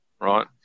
right